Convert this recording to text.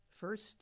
First